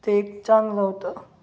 ते एक चांगलं होतं